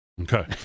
Okay